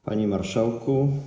Panie Marszałku!